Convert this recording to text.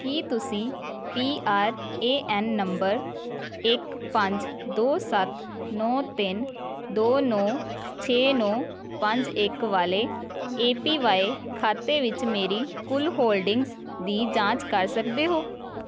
ਕੀ ਤੁਸੀਂ P R A N number ਇੱਕ ਪੰਜ ਦੋ ਸੱਤ ਨੌ ਤਿੰਨ ਦੋ ਨੌ ਛੇ ਨੌ ਪੰਜ ਇੱਕ ਵਾਲੇ ਏ ਪੀ ਵਾਈ ਖਾਤੇ ਵਿੱਚ ਮੇਰੀ ਕੁੱਲ ਹੋਲਡਿੰਗਜ਼ ਦੀ ਜਾਂਚ ਕਰ ਸਕਦੇ ਹੋ